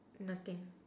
nothing